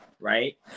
right